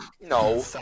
No